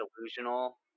delusional